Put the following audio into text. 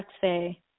say